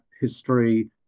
history